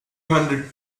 hundred